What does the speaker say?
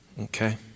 Okay